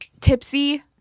Tipsy